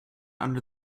under